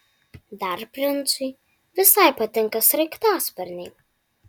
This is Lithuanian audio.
dar princui visai patinka sraigtasparniai